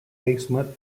basement